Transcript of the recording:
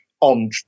on